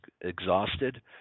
exhausted